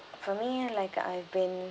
for me like I've been